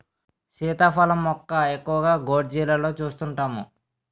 సీతాఫలం మొక్క ఎక్కువగా గోర్జీలలో సూస్తుంటాము